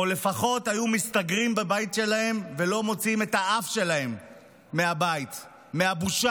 או לפחות היו מסתגרים בבית שלהם ולא מוציאים את האף שלהם מהבית מהבושה.